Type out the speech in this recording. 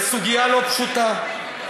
בסוגיה לא פשוטה.